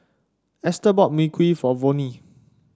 Esther bought Mui Kee for Vonnie